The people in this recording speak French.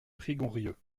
prigonrieux